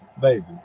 baby